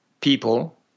people